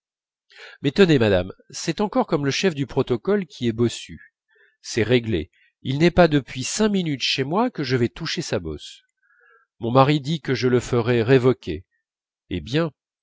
tenez madame c'est encore comme le chef du protocole qui est bossu c'est réglé il n'est pas depuis cinq minutes chez moi que je vais toucher sa bosse mon mari dit que je le ferai révoquer eh bien